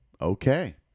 Okay